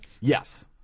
Yes